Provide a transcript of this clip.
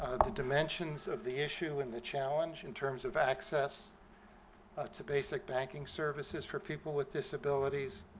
the dimensions of the issue and the challenge in terms of access ah to basic banking services for people with disabilities.